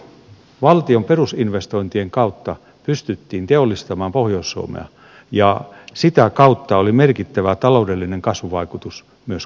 valtion perusinvestointien kautta pystyttiin teollistamaan pohjois suomea ja sitä kautta taloudellinen kasvuvaikutus myös koko maahan oli merkittävä